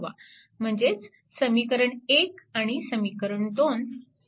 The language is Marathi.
म्हणजेच समीकरण 1 आणि समीकरण 2 सोडवा